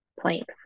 Planks